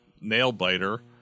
nail-biter